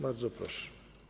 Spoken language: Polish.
Bardzo proszę.